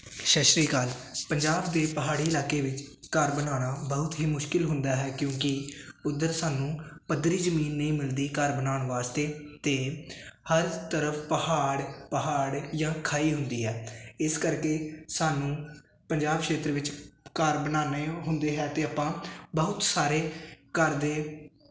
ਸਤਿ ਸ਼੍ਰੀ ਅਕਾਲ ਪੰਜਾਬ ਦੇ ਪਹਾੜੀ ਇਲਾਕੇ ਵਿੱਚ ਘਰ ਬਣਾਉਣਾ ਬਹੁਤ ਹੀ ਮੁਸ਼ਕਲ ਹੁੰਦਾ ਹੈ ਕਿਉਂਕਿ ਉੱਧਰ ਸਾਨੂੰ ਪੱਧਰੀ ਜ਼ਮੀਨ ਨਹੀਂ ਮਿਲਦੀ ਘਰ ਬਣਾਉਣ ਵਾਸਤੇ ਅਤੇ ਹਰ ਤਰਫ ਪਹਾੜ ਪਹਾੜ ਜਾਂ ਖਾਈ ਹੁੰਦੀ ਹੈ ਇਸ ਕਰਕੇ ਸਾਨੂੰ ਪੰਜਾਬ ਖੇਤਰ ਵਿੱਚ ਘਰ ਬਣਾਉਣੇ ਹੁੰਦੇ ਹੈ ਅਤੇ ਆਪਾਂ ਬਹੁਤ ਸਾਰੇ ਘਰਦੇ